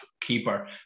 keeper